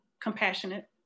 compassionate